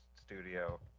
studio